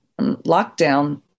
lockdown